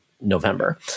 November